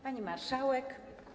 Pani Marszałek!